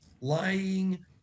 lying